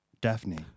Daphne